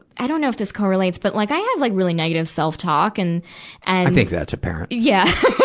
i dunno if this correlates, but like i have like really negative self-talk. and i think that's apparent. yeah.